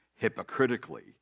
hypocritically